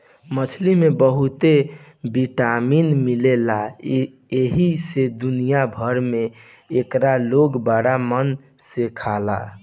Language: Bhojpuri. मछरी में बहुते विटामिन मिलेला एही से दुनिया भर में एके लोग बड़ा मन से खाला